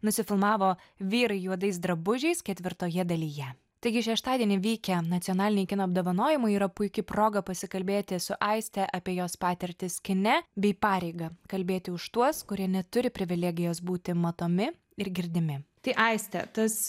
nusifilmavo vyrai juodais drabužiais ketvirtoje dalyje taigi šeštadienį vykę nacionaliniai kino apdovanojimai yra puiki proga pasikalbėti su aiste apie jos patirtis kine bei pareigą kalbėti už tuos kurie neturi privilegijos būti matomi ir girdimi tai aiste tas